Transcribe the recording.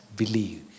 believe